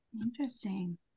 Interesting